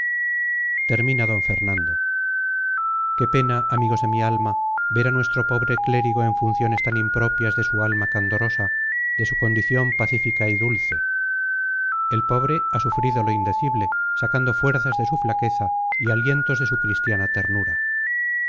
termina d fernando qué pena amigos de mi alma ver a nuestro pobre clérigo en funciones tan impropias de su alma candorosa de su condición pacífica y dulce el pobre ha sufrido lo indecible sacando fuerzas de su flaqueza y alientos de su cristiana ternura